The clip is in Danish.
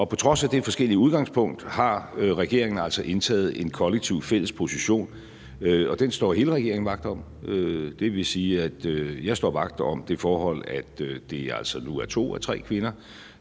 Og på trods af det forskellige udgangspunkt har regeringen altså indtaget en kollektiv, fælles position, og den står hele regeringen vagt om. Det vil sige, at jeg står vagt om det forhold, at det altså nu er to af tre kvinder,